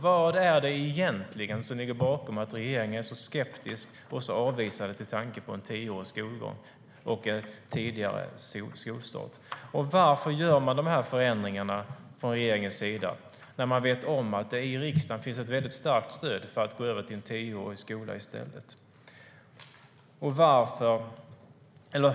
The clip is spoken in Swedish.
Vad är det egentligen som ligger bakom att regeringen är så skeptisk och avvisande till tanken på en tioårig skolgång och en tidigare skolstart? Varför gör regeringen de här förändringarna när man vet att det i riksdagen finns ett väldigt starkt stöd för att gå över till en tioårig skola i stället?